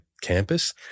campus